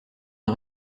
une